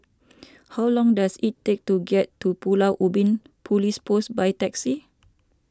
how long does it take to get to Pulau Ubin Police Post by taxi